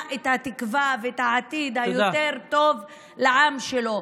את התקווה ואת העתיד היותר טוב לעם שלו.